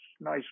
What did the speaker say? Nice